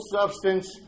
substance